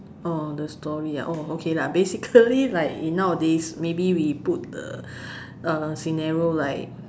the story okay lah basically like in nowadays maybe we put the uh scenario like